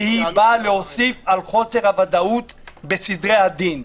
והיא באה להוסיף על חוסר הוודאות בסדרי הדין.